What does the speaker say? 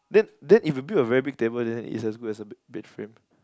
then then if you build a very big table then it's as good as a bed bed frame